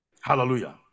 hallelujah